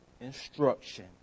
instruction